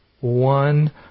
one